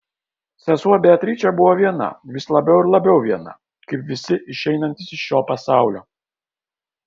sesuo beatričė buvo viena vis labiau ir labiau viena kaip visi išeinantys iš šio pasaulio